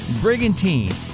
Brigantine